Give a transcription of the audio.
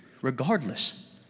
regardless